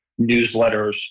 newsletters